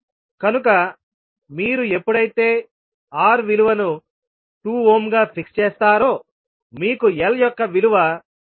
కనుక మీరు ఎప్పుడైతే R విలువను 2 ఓమ్ గా ఫిక్స్ చేస్తారో మీకు L యొక్క విలువ 0